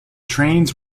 trains